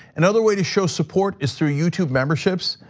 another way to show support is through youtube memberships.